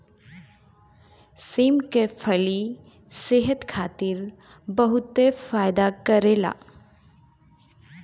सेम के फली सेहत खातिर बहुते फायदा करेला